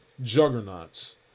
juggernauts